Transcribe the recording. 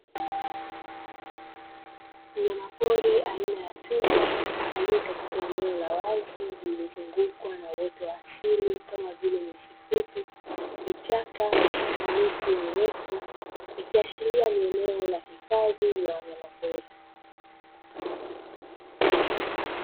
Mnyama pori aina ya twiga aliye katika eneo la wazi lililozungukwa na uoto wa asili kama vile nyasi fupi, vichaka na miti mirefu ikiashiria ni eneo la hifadhi la wanyama pori.